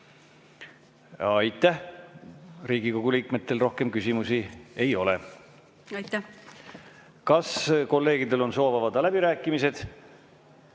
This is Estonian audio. Aitäh! Riigikogu liikmetel rohkem küsimusi ei ole. Kas kolleegidel on soov avada läbirääkimised?